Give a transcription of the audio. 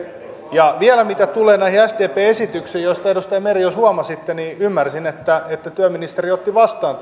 ja vielä mitä tulee näihin sdpn esityksiin edustaja meri jos huomasitte ymmärsin että työministeri otti vastaan